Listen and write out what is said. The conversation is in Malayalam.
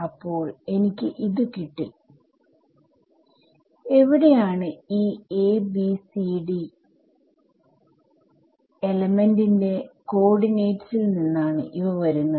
അപ്പോൾ എനിക്ക് ഇത് കിട്ടി എവിടെയാണ് ഈ A B C D element ന്റെ കോഓർഡിനേറ്റ്സ്ൽ നിന്നാണ് ഇവ വരുന്നത്